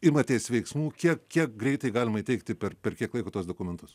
imatės veiksmų kiek kiek greitai galima įteigti per per kiek laiko tuos dokumentus